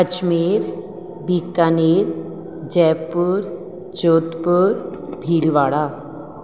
Ajmer Bikaner Jaipur Jodhpur Bhilwara